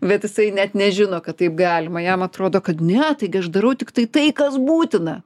bet jisai net nežino kad taip galima jam atrodo kad ne taigi aš darau tiktai tai kas būtina